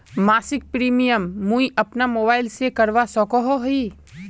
मासिक प्रीमियम मुई अपना मोबाईल से करवा सकोहो ही?